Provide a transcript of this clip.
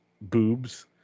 boobs